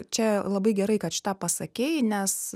čia labai gerai kad šitą pasakei nes